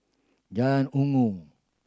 Jalan Inggu